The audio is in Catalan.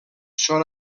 són